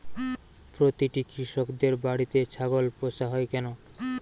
প্রতিটি কৃষকদের বাড়িতে ছাগল পোষা হয় কেন?